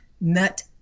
Nut